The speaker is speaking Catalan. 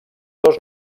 dos